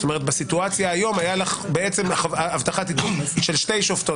בסיטואציה היום הייתה לך הבטחה של שתי שופטות